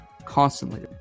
Constantly